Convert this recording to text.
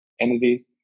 entities